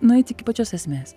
nueit iki pačios esmės